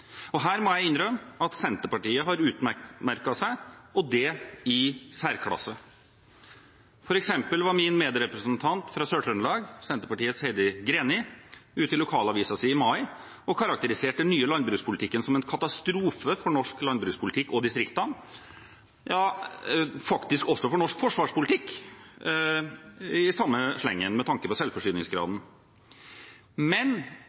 dommedagsprofetier. Her må jeg innrømme at Senterpartiet har utmerket seg, og det i særklasse. For eksempel var min medrepresentant fra Sør-Trøndelag, Senterpartiets Heidi Greni, ute i lokalavisen sin i mai og karakteriserte den nye landbrukspolitikken som en katastrofe for norsk landbrukspolitikk og distriktene, ja i samme slengen faktisk også for norsk forsvarspolitikk, med tanke på selvforsyningsgraden. Men